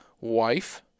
wife